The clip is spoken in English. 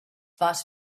but